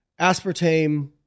aspartame